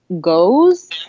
goes